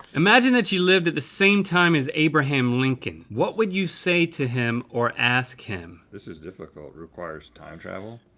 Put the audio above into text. imagine that you lived at the same time as abraham lincoln. what would you say to him or ask him? this is difficult, it requires time travel.